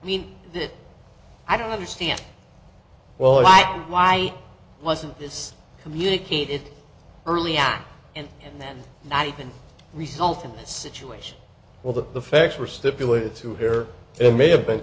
mean that i don't understand well i why wasn't this communicate it early on and then not even result in a situation where the facts were stipulated to hear it may have been